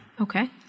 Okay